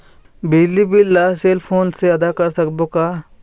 बिजली बिल ला cell phone से आदा कर सकबो का?